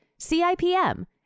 CIPM